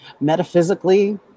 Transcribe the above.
metaphysically